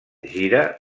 gira